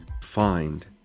find